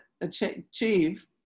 achieve